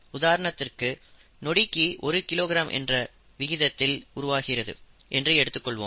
உதாரணத்திற்கு நொடிக்கு ஒரு கிலோ கிராம் என்ற விகிதத்தில் உருவாகிறது என்று எடுத்துக்கொள்வோம்